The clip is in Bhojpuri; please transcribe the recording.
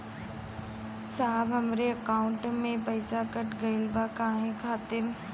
साहब हमरे एकाउंट से पैसाकट गईल बा काहे खातिर?